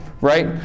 right